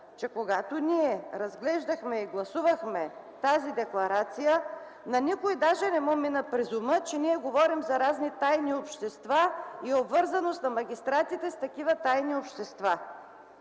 че когато ние разглеждахме и гласувахме тази декларация, на никой даже не му мина през ума, че ние говорим за разни тайни общества и обвързаност на магистратите с такива тайни общества.